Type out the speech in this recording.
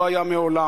שלא היה מעולם,